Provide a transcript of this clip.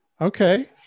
Okay